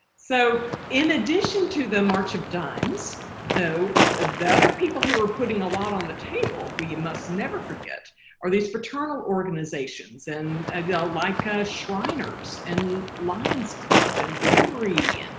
so in addition to the march of dimes though the other people who are putting a lot on the table who you must never forget are these fraternal organizations and and like ah shriners and lions club and rotary